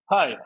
Hi